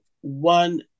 one